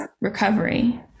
recovery